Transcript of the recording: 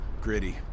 gritty